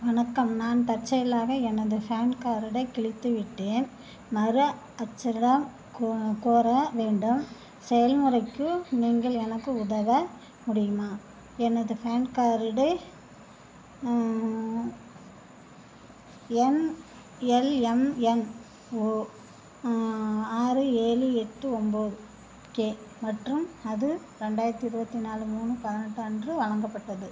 வணக்கம் நான் தற்செயலாக எனது ஃபான் கார்டைக் கிழித்துவிட்டேன் மறு அச்சிடம் கோ கோர வேண்டும் செயல்முறைக்கு நீங்கள் எனக்கு உதவ முடியுமா எனது பான் கார்டு எண் எல்எம்என்ஓ ஆறு ஏழு எட்டு ஒம்பது கே மற்றும் அது ரெண்டாயிரத்து இருபத்தி நாலு மூணு பதினெட்டு அன்று வழங்கப்பட்டது